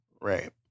Right